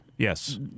Yes